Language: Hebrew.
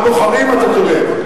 הבוחרים, אתה צודק.